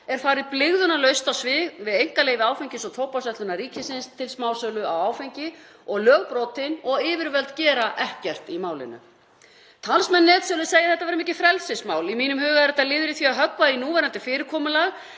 er farið blygðunarlaust á svig við einkaleyfi Áfengis- og tóbaksverslunar ríkisins til smásölu á áfengi og lög brotin og yfirvöld gera ekkert í málinu. Talsmenn netsölu segja þetta vera mikið frelsismál. Í mínum huga er þetta liður í því að höggva í núverandi fyrirkomulag